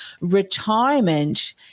retirement